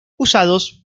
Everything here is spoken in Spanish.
usados